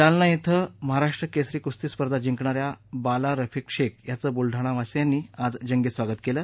जालना इथं महाराष्ट्र केसरी कुस्ती स्पर्धा जिंकणाऱ्या बाला रफिक शेख याचं बुलडाणावासीयांनी आज जंगी स्वागत केलं